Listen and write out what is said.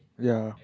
ya